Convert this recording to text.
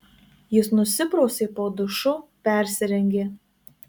jis nusiprausė po dušu persirengė